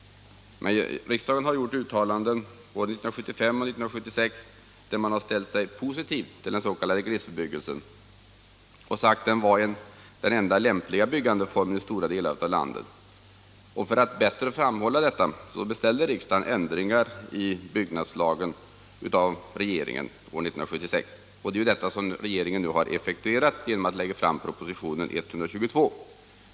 Riksdagen har gjort uttalanden både 1975 och 1976 där man ställt sig positiv till den s.k. glesbebyggelsen och sagt den vara den enda lämpliga byggandeformen i stora delar av landet. För att bättre framhålla detta beställde riksdagen av regeringen 1976 ändringar i byggnadslagen. Det är denna beställning som regeringen nu har effektuerat genom att lägga fram propositionen 122.